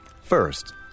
First